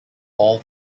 all